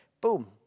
boom